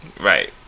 Right